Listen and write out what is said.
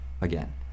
again